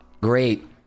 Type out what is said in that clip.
Great